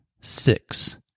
six